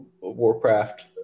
warcraft